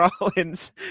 Rollins